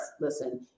listen